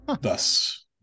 Thus